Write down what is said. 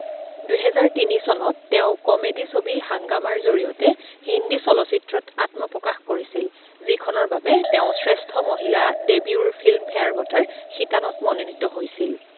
দুহেজাৰ তিনি চনত তেওঁ কমেডী ছবি হাংগামাৰ জৰিয়তে হিন্দী চলচ্চিত্ৰত আত্মপকাশ কৰিছিল যিখনৰ বাবে তেওঁ শ্ৰেষ্ঠ মহিলা ডেবিউৰ ফিল্মফেয়াৰ বঁটাৰ শিতানত মনোনীত হৈছিল